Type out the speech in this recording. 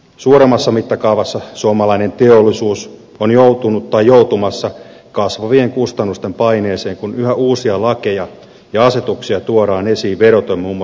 suuremmassa mittakaavassa suomalainen teollisuus on joutunut tai joutumassa kasvavien kustannusten paineeseen kun yhä uusia lakeja ja asetuksia tuodaan esiin vedoten muun muassa ilmastonmuutokseen